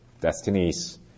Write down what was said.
Destinies